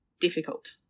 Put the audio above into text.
difficult